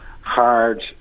hard